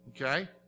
Okay